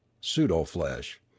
pseudo-flesh